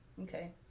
Okay